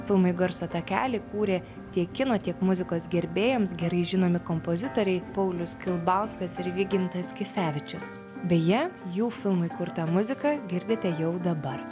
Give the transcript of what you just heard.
filmui garso takelį kūrė tiek kino tiek muzikos gerbėjams gerai žinomi kompozitoriai paulius kilbauskas ir vygintas kisevičius beje jų filmui kurtą muziką girdite jau dabar